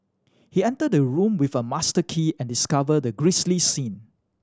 he entered the room with a master key and discovered the grisly scene